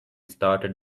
started